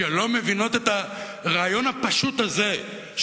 שלא מבינות את הרעיון הפשוט הזה,